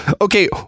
okay